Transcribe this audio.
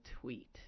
tweet